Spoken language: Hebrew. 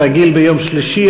כרגיל ביום שלישי,